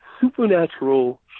supernatural